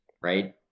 right